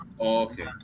Okay